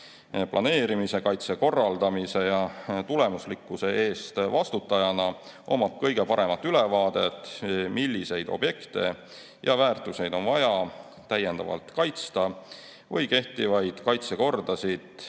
planeerimise, kaitse korraldamise ja tulemuslikkuse eest vastutajana omab kõige paremat ülevaadet, milliseid objekte ja väärtuseid on vaja täiendavalt kaitsta või kehtivaid kaitsekordasid